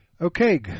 Okay